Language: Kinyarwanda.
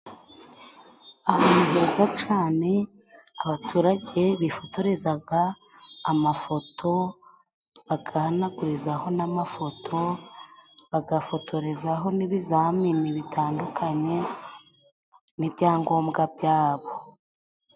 Ahantu heza cane abaturage bifotorezaga amafoto ,bagahanagurizaho n'amafoto, bagafotorezaho n'ibizamini bitandukanye, n'ibyangombwa byabo.